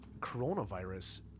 coronavirus